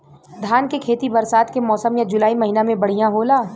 धान के खेती बरसात के मौसम या जुलाई महीना में बढ़ियां होला?